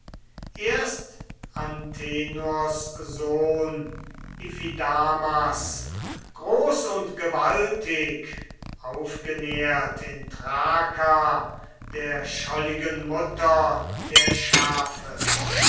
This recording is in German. erst antenors sohn iphidamas groß und gewaltig aufgenährt in thraka der scholligen mutter der schafe